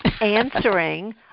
answering